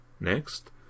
Next